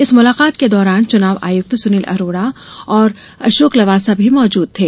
इस मुलाकात के दौरान चुनाव आयुक्त सुनील अरोड़ा और अशोक लवासा भी मौजूद थे